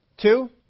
Two